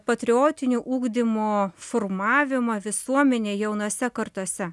patriotinio ugdymo formavimą visuomenėj jaunose kartose